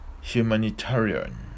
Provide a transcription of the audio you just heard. humanitarian